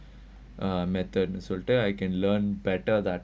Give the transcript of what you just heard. a method so that I can learn better that way